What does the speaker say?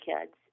kids